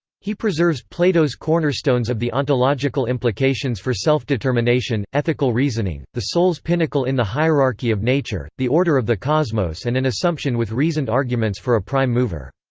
he preserves plato's cornerstones of the ontological implications for self-determination ethical reasoning, the soul's pinnacle in the hierarchy of nature, the order of the cosmos and an assumption with reasoned arguments for a prime mover.